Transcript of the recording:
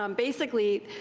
um basically,